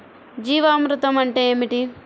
జీవామృతం అంటే ఏమిటి?